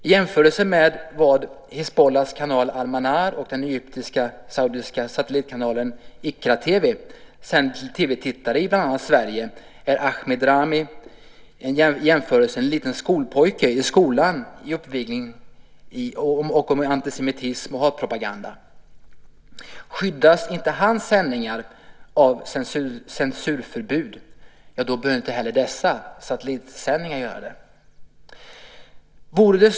I jämförelse med Hizbollahs kanal Al-Manar och den egyptisk-saudiska satellitkanalen Iqraa-TV, som sänder till TV-tittare i bland annat Sverige, är Ahmed Rami en liten skolpojke i skolan när det gäller uppvigling, antisemitism och hatpropaganda. Skyddas inte hans sändningar av censurförbud behöver inte heller dessa satellitsändningar göra det.